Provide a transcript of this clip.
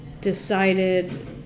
decided